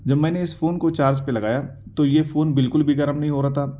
جب میں نے اس فون کو چارج پر لگايا تو یہ فون بالکل بھی گرم نہیں ہو رہا تھا